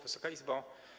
Wysoka Izbo!